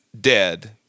dead